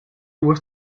were